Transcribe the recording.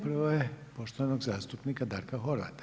Prva je poštovanog zastupnika Darka Horvata.